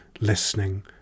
listening